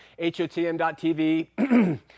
hotm.tv